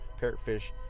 parrotfish